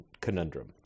conundrum